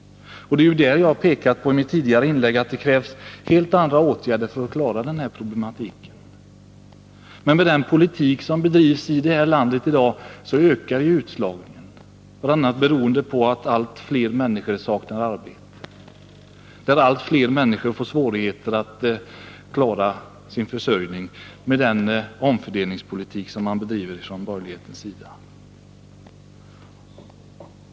Jag har ju i mitt tidigare inlägg pekat på att det krävs helt andra åtgärder för att klara denna problematik. Men med den politik som bedrivs i vårt land i dag ökar utslagningen, bl.a. beroende på att allt fler människor saknar arbete. Allt fler människor får svårigheter att klara sin försörjning med den omfördelningspolitik som man bedriver från borgerlighetens sida.